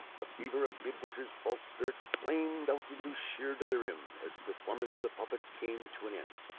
the fever of midwinter's false spirits flamed out into sheer delirium as the performance of the puppets came to an end.